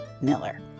Miller